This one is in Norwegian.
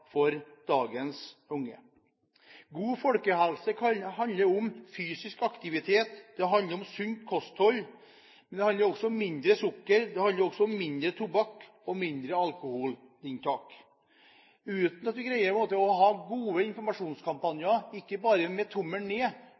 for dagens unge. God folkehelse handler om fysisk aktivitet og sunt kosthold, men det handler også om mindre sukker, mindre tobakk og mindre alkoholinntak. Vi må ha gode informasjonskampanjer, ikke bare med tommelen ned,